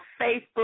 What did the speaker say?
Facebook